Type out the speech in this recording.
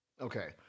Okay